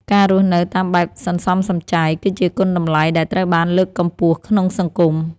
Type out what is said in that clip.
ការរស់នៅតាមបែបសន្សំសំចៃ គឺជាគុណតម្លៃដែលត្រូវបានលើកកម្ពស់ក្នុងសង្គម។